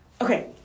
Okay